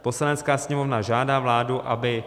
Poslanecká sněmovna žádá vládu, aby